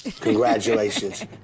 Congratulations